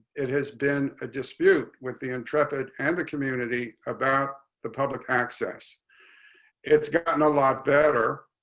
it has been a dispute with the intrepid and the community about the public access it's gotten a lot better.